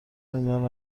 زندان